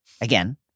again